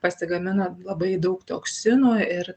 pasigamina labai daug toksinų ir